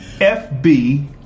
FB